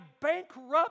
bankrupt